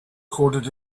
coded